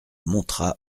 montra